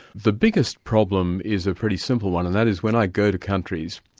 the biggest problem is a pretty simple one, and that is, when i go to countries,